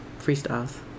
freestyles